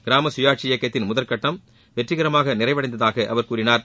கிராம சுயாட்சி இயக்கத்தின் முதற்கட்டம் வெற்றிகரமாக நிறைவடைந்ததாக அவர் கூறினார்